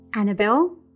Annabelle